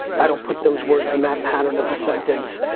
i don't put those words in that pattern of a sentence.